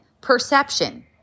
perception